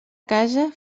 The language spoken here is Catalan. casa